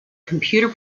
computer